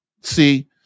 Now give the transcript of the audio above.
See